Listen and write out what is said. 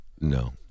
No